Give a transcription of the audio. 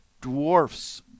dwarfs